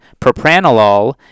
propranolol